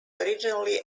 originally